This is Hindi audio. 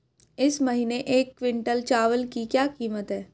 इस महीने एक क्विंटल चावल की क्या कीमत है?